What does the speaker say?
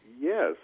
Yes